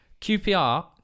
QPR